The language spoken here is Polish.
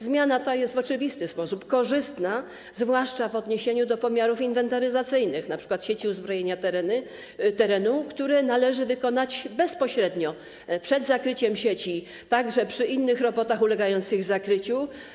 Zmiana ta jest w oczywisty sposób korzystna, zwłaszcza w odniesieniu do pomiarów inwentaryzacyjnych, np. sieci uzbrojenia terenu, które należy wykonać bezpośrednio przed zakryciem sieci, także przy innych robotach ulegających zakryciu.